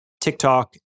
TikTok